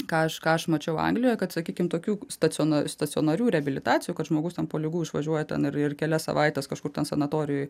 ką aš ką aš mačiau anglijoje kad sakykim tokių stac stacionarių reabilitacijų kad žmogus ten po ligų išvažiuoja ten ir ir kelias savaites kažkur ten sanatorijoj